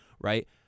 right—